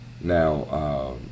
Now